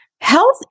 health